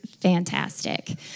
fantastic